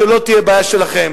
זאת לא תהיה בעיה שלכם,